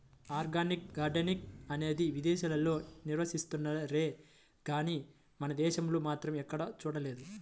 organic gardening అనేది విదేశాల్లో నిర్వహిస్తున్నారేమో గానీ మన దేశంలో మాత్రం ఎక్కడా చూడలేదు